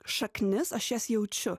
šaknis aš jas jaučiu